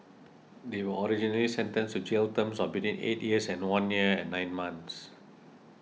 they were originally sentenced to jail terms of between eight years and one year and nine months